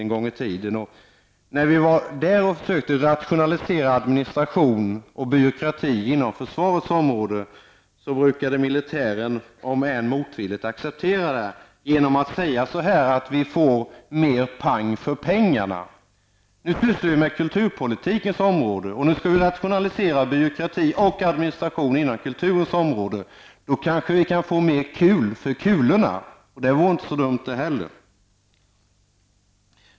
När man då försökte rationalisera administration och byråkrati inom försvaret, brukade militären -- om än motvilligt -- acceptera detta genom att säga: Det blir mer pang för pengarna. Vi sysslar nu med kulturens område, där det är fråga om att rationalisera byråkrati och administration. Då kan man kanske säga att det blir mer kul för kulorna. Det vore inte så dumt, det heller.